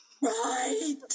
Right